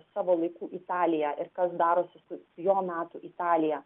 savo laikų italiją ir kas darosi su jo metų italija